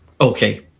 Okay